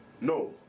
No